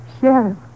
Sheriff